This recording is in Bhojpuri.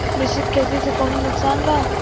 मिश्रित खेती से कौनो नुकसान वा?